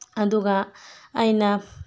ꯑꯗꯨꯒ ꯑꯩꯅ